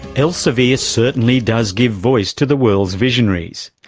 elsevier certainly does gives voice to the world's visionaries.